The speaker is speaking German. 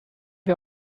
wir